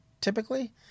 typically